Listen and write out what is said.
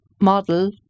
model